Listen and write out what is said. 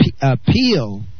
appeal